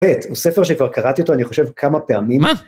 פט, הוא ספר שכבר קראתי אותו, אני חושב כמה פעמים... מה?